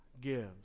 gives